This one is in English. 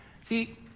See